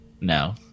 No